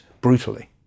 brutally